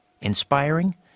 inspiring